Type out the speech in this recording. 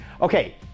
Okay